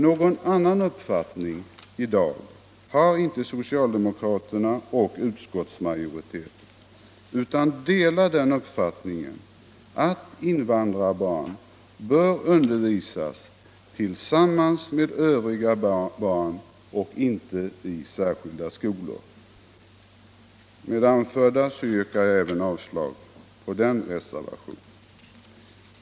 Någon annan uppfattning har inte socialdemokraterna och utskottsmajoriteten i dag, utan vi delar den uppfattningen att invandrarbarn bör undervisas tillsammans med övriga barn och inte i särskilda skolor. Med det anförda yrkar jag avslag även på reservationen 6.